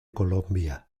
colombia